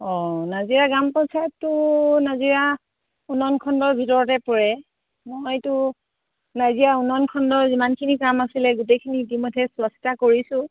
অঁ নাজিৰা গ্ৰাম পঞ্চায়ততো নাজিৰা উন্নয়ন খণ্ডৰ ভিতৰতে পৰে মইতো নাজিৰা উন্নয়ন খণ্ডৰ যিমানখিনি কাম আছিলে গোটেইখিনি ইতিমধ্যে চোৱা চিতা কৰিছোঁ